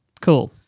Cool